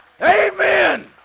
Amen